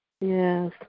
Yes